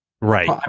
Right